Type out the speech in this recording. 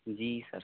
जी sir